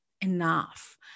enough